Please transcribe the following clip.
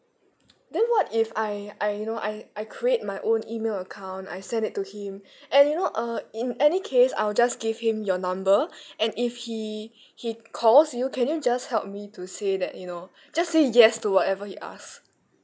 then what if I I you know I I create my own email account I send it to him and you know uh in any case I'll just give him your number and if he he calls you can you just help me to say that you know just say yes to whatever he ask